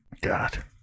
God